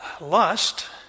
Lust